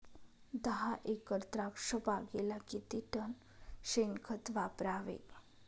दहा एकर द्राक्षबागेला किती टन शेणखत वापरावे?